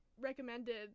recommended